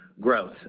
growth